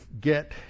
get